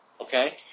Okay